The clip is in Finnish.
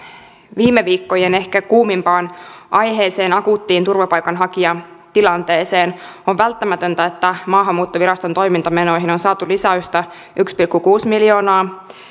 viime viikkojen ehkä kuumimpaan aiheeseen akuuttiin turvapaikanhakijatilanteeseen on välttämätöntä että maahanmuuttoviraston toimintamenoihin on saatu lisäystä yksi pilkku kuusi miljoonaa